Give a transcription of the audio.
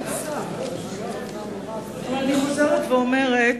אבל אני חוזרת ואומרת,